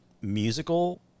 musical